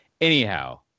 anyhow